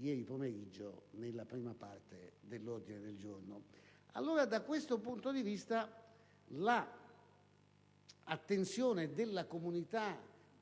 ieri pomeriggio nella prima parte dell'ordine del giorno dell'Aula. Allora, da questo punto di vista, l'attenzione della comunità